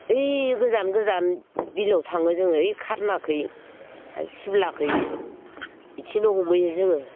ओइ गोजान गोजान बिलोआव थाङो जोङो ओइ खारनाखै सिमलाखै बेथिंनो हमहैयो जोङो